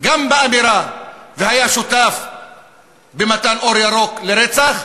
גם באמירה, והיה שותף במתן אור ירוק לרצח,